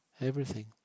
Everything